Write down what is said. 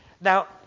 Now